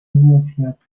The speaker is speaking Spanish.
universidad